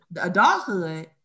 adulthood